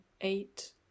eight